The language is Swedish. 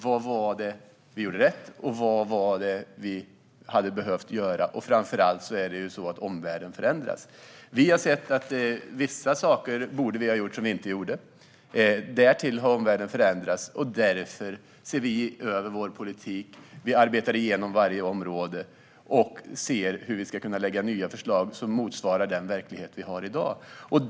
Vad var det vi gjorde rätt, och vad var det vi hade behövt göra? Framför allt handlar det om att omvärlden förändras. Vi har sett att vi borde ha gjort vissa saker som vi inte gjorde. Därtill har omvärlden förändrats. Därför ser vi över vår politik. Vi arbetar igenom varje område och ser hur vi ska kunna lägga fram nya förslag som motsvarar den verklighet vi har i dag.